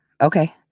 Okay